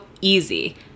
easy